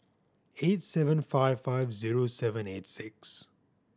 eight seven five five zero seven eight six